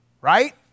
Right